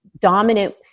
dominant